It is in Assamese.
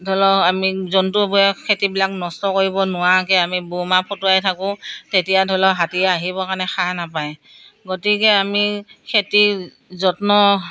ধৰি লওক আমি জন্তুবোৰে খেতিবিলাক নষ্ট কৰিব নোৱাৰাকৈ আমি বৌমা ফুটুৱাই থাকোঁ তেতিয়া ধৰি লওক হাতী আহিবৰ কাৰণে সাহ নাপায় গতিকে আমি খেতিৰ যত্ন